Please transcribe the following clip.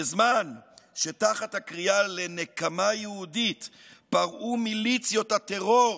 בזמן שתחת הקריאה לנקמה יהודית פרעו מיליציות הטרור